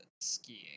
skiing